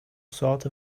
sort